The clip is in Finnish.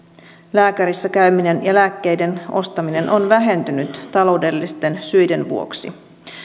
lääkärissä käyminen ja lääkkeiden ostaminen on vähentynyt taloudellisten syiden vuoksi